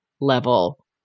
level